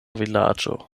vilaĝo